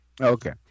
Okay